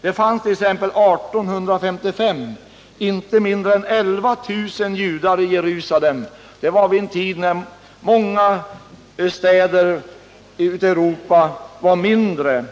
Det fanns t.ex. år 1855 inte mindre än 11 000 judar i Jerusalem, detta under en tid då befolkningen i många städer i Europa var mindre